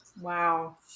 Wow